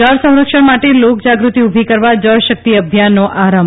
જળસંરક્ષણ માટે લોકજાગૃતિ ઉભી કરવા જળશક્તિ અભિયાનનો આરંભ